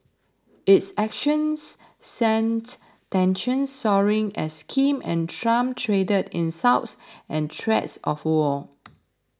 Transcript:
its actions sent tensions soaring as Kim and Trump traded insults and threats of war